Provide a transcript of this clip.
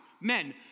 Men